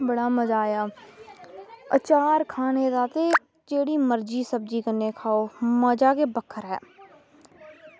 बड़ा मज़ा आया अचार खाने दा ते जेह्ड़ी मर्ज़ी सब्ज़ी कन्नै खाओ मज़ा गै बक्खरा ऐ